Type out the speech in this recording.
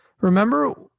Remember